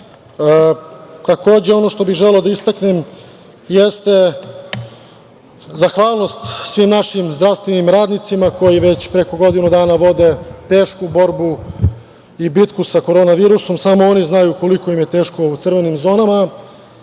kraju, ono što bih želeo da istaknem jeste zahvalnost svim našim zdravstvenim radnicima koji već preko godinu dana vode tešku borbu i bitku sa korona virusom. Samo oni znaju koliko im je teško u crvenim zonama.